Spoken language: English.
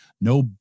no